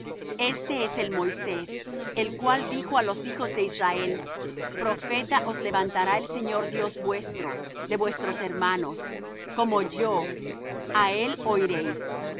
este es el moisés el cual dijo á los hijos de israel profeta os levantará el señor dios vuestro de vuestros hermanos como yo á él oiréis